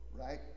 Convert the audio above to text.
right